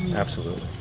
absolutely.